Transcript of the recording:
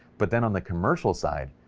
but then on the commercial side,